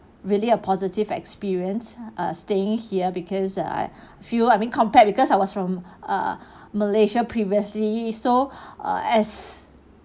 really a positive experience ah staying here because I feel I mean compared because I was from ah malaysia previously so uh as